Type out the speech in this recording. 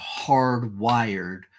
hardwired